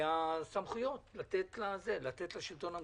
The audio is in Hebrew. והסמכויות לתת לשלטון המקומי,